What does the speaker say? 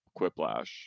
quiplash